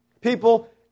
People